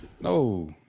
No